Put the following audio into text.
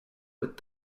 with